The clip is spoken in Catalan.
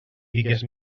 digues